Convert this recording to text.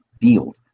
field